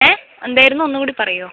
ഏഹ് എന്തായിരുന്നു ഒന്ന് കൂടി പറയോ